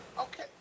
okay